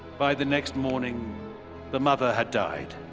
by the next morning the mother had died.